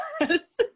Yes